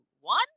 one